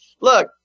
look